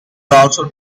also